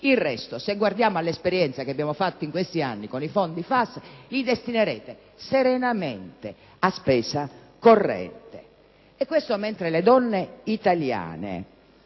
il resto, se guardiamo all'esperienza fatta in questi anni con i fondi FAS, li destinerete, serenamente, a spesa corrente. E questo, mentre alle donne italiane,